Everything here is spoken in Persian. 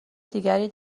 دیگری